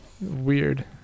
Weird